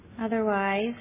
Otherwise